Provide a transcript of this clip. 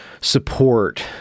support